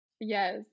yes